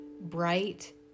bright